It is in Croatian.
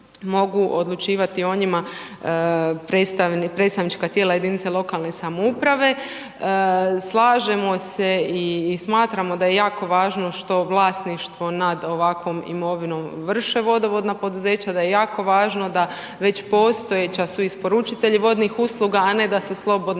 mogu odlučivati o njima predstavnička tijela jedinica lokalne samouprave. Slažemo se i smatramo da je jako važno što vlasništvo nad ovakvom imovinom vrše vodovodna poduzeća, da je jako važno da već postojeća su isporučitelji vodnih usluga, a ne da su slobodna